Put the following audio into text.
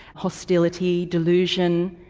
hostility, delusion.